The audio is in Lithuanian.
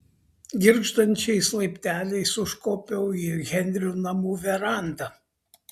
girgždančiais laipteliais užkopiau į henrio namų verandą